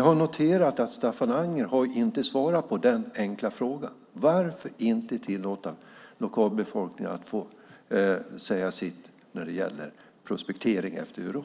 Jag har noterat att Staffan Anger inte har svarat på den enkla frågan: Varför inte tillåta lokalbefolkningen att säga sitt när det gäller prospektering efter uran?